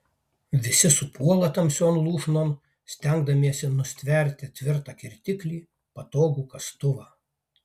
visi supuola tamsion lūšnon stengdamiesi nustverti tvirtą kirtiklį patogų kastuvą